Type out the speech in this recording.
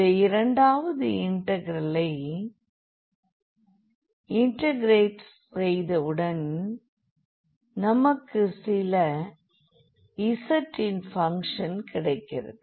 இந்த இரண்டாவது இன்டெக்ரலை இன்டெகிரெட் செய்தவுடன் நமக்கு சில z இன் பங்க்ஷன்கிடைக்கிறது